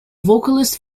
vocalist